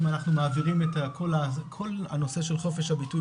מעבירים את כל הנושא של חופש הביטוי,